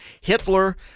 Hitler